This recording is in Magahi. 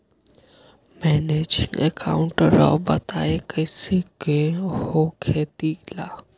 मैनेजिंग अकाउंट राव बताएं कैसे के हो खेती ला?